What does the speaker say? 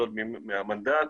ממש על קצה המזלג,